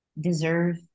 deserve